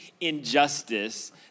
injustice